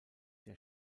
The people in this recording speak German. der